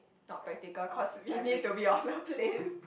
not practical cause we need to be on the plane